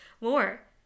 more